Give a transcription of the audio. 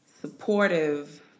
supportive